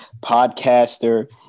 podcaster